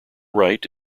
right